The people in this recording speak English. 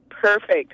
Perfect